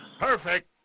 Perfect